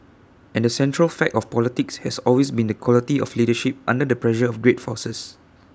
and the central fact of politics has always been the quality of leadership under the pressure of great forces